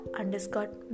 underscore